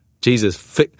Jesus